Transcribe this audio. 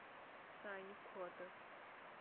سانہِ کھۄتہٕ